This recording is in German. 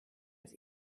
aus